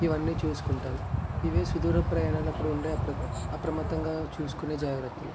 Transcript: ఇవన్నీ చూసుకుంటాను ఇవే సుదూర ప్రయాణాలప్పుడు ఉండే అప్ర అప్రమత్తంగా చూసుకునే జాగ్రత్తలు